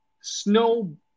snow